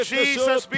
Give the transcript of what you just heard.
Jesus